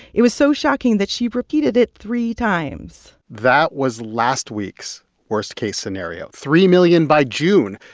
it was so shocking that she repeated it three times that was last week's worst-case scenario, three million by june,